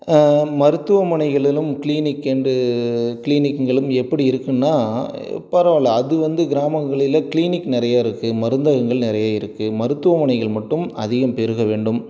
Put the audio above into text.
மருத்துவமனைகளிலும் க்ளீனிக் என்று க்ளீனிக்குங்களும் எப்படி இருக்குன்னா பரவாயில்லை அது வந்து கிராமங்களில் க்ளீனிக் நிறைய இருக்கு மருந்தகங்கள் நிறைய இருக்கு மருத்துவமனைகள் மட்டும் அதிகம் பெருக வேண்டும்